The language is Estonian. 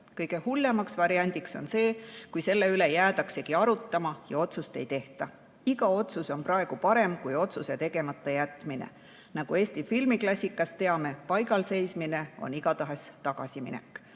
Kõige hullem variant on see, kui selle üle jäädaksegi arutama ja otsust ei tehta. Iga otsus on praegu parem kui otsuse tegemata jätmine. Nagu Eesti filmiklassikast teame: paigalseismine on igatahes tagasiminek.